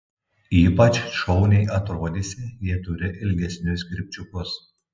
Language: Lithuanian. ypač šauniai atrodysi jei turi ilgesnius kirpčiukus